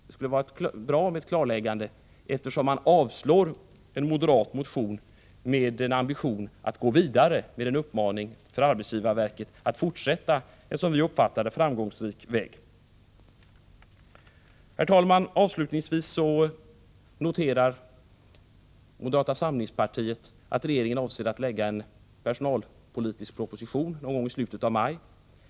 Det skulle vara bra med ett klarläggande, eftersom utskottet avstyrker en moderat motion som har ambitionen att gå vidare med en uppmaning till arbetsgivarverket att fortsätta på en som vi uppfattar det framgångsrik väg. Herr talman! Avslutningsvis noterar moderata samlingspartiet att regeringen avser att lägga fram en personalpolitisk proposition någon gång i slutet av maj.